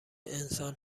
انسان